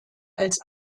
als